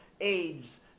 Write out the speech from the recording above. AIDS